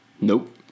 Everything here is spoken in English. Nope